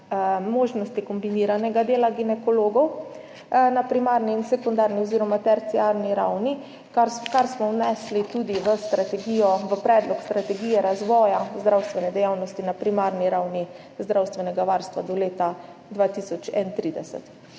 možnosti kombiniranega dela ginekologov na primarni in sekundarni oziroma terciarni ravni, kar smo vnesli tudi v predlog strategije razvoja zdravstvene dejavnosti na primarni ravni zdravstvenega varstva do leta 2031.